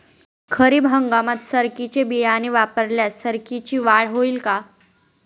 खरीप हंगामात सरकीचे बियाणे वापरल्यास सरकीची वाढ होईल का?